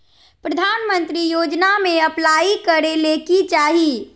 प्रधानमंत्री योजना में अप्लाई करें ले की चाही?